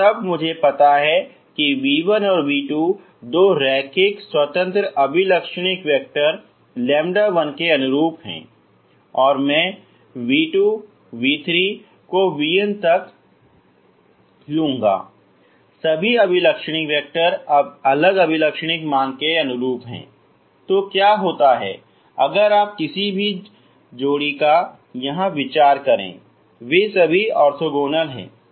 और तब मुझे पता है कि v1 और v2 दो रैखिक स्वतंत्र अभिलक्षणिक वैक्टर λ1 के अनुरूप है और मैं v2 v3 को vn तक करना होगा सभी अभिलक्षणिक वैक्टर अलग अभिलक्षणिक मान के अनुरूप हैं तो क्या होता है अगर आप किसी भी जोड़ी का यहां विचार करें वे सभी ऑर्थोगोनल हैं